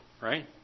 right